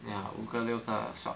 ya 五个六个 shop